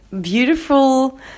beautiful